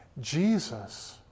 Jesus